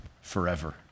forever